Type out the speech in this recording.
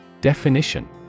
Definition